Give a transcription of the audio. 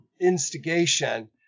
instigation